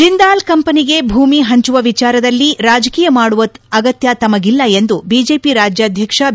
ಜಿಂದಾಲ್ ಕಂಪನಿಗೆ ಭೂಮಿ ಹಂಚುವ ವಿಚಾರದಲ್ಲಿ ರಾಜಕೀಯ ಮಾಡುವ ಅಗತ್ತ ತಮಗಿಲ್ಲ ಎಂದು ಬಿಜೆಪಿ ರಾಜ್ಯಾಧ್ವಕ್ಷ ಬಿ